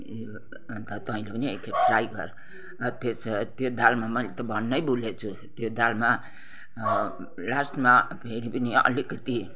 अन्त तैँले पनि एक खेप ट्राई गर त्यस् त्यो दालमा मैले त भन्नै भुलेछु त्यो दालमा लास्टमा फेरि पनि अलिकिति